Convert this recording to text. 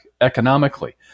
economically